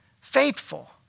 faithful